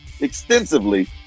extensively